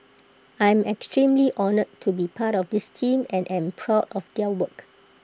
I'm extremely honoured to be part of this team and am proud of their work